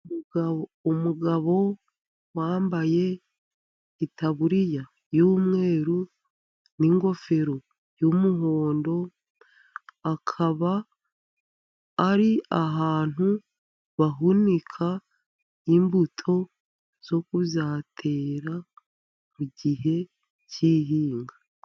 Umugabo wambaye itaburiya y'umweru n'ingofero y'umuhondo, akaba ari ahantu bahunika imbuto zo kuzatera mu gihe cy'ihinga.